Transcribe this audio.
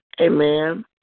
Amen